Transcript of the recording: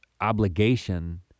obligation